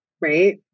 Right